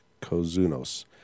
Kozunos